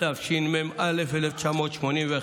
התשמ"א 1981,